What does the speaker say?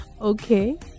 Okay